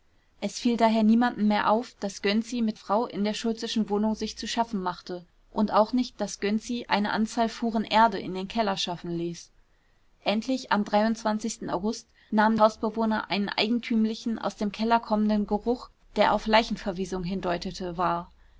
es fiel daher niemandem mehr auf daß gönczi mit frau in der schultzeschen wohnung sich zu schaffen machte und auch nicht daß gönczi eine anzahl fuhren erde in den keller schaffen ließ endlich am august nahmen hausbewohner einen eigentümlichen aus dem keller kommenden geruch der auf leichenverwesung hindeutete wahr